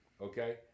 okay